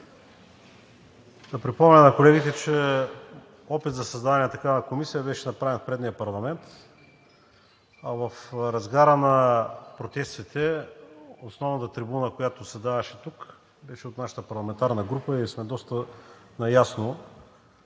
Да припомня на колегите, че опит за създаване на такава комисия беше направен в предния парламент, а в разгара на протестите основната трибуна, която се даваше тук, беше от нашата парламентарна група и сме доста наясно